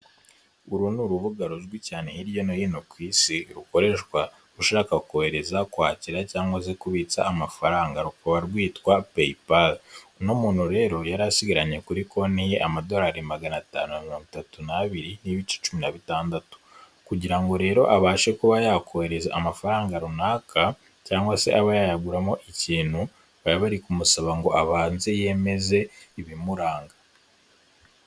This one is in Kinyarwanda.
Uru ni urubuga ruzwi cyane hirya no hino ku isi, rukoreshwa ushaka kohereza, kwakira cyangwa se kubitsa amafaranga, rukaba rwitwa peyi pari. Uno muntu rero yari asigaranye kuri konti ye amadolari magana atanu na mirongo itatu n'abiri n'ibice cumi na bitandatu. Kugira rero abashe kuba yakohereza amafaranga runaka cyangwa se abe yayaguramo ikintu, bari bari kumusaba ngo abanze yemeze ibimuranga.